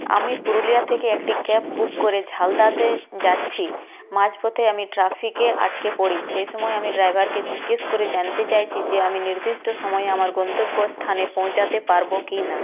আমি পুরুলিয়া থেকে একটি ক্যাব বুক করে ঝালদাতে যাচ্ছি মাঝপথে আমি ট্রাফিকে আটকে পড়ি সেই সময় আমি ড্রাইভারকে জিজ্ঞেস করে জানতে চাইছি যে আমি নির্দিষ্ট সময়ে আমার গন্তব্য স্থানে পৌঁছাতে পারবো কিনা